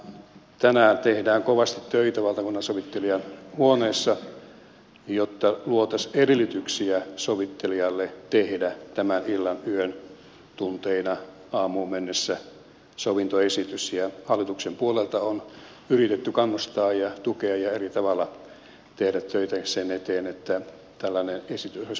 tänään tehdään kovasti töitä valtakunnansovittelijan huoneessa jotta luotaisiin edellytyksiä sovittelijalle tehdä tämän illan ja yön tunteina aamuun mennessä sovintoesitys ja hallituksen puolelta on yritetty kannustaa ja tukea ja eri tavalla tehdä töitä sen eteen että tällainen esitys olisi mahdollinen